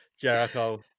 Jericho